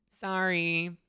sorry